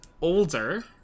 older